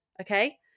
okay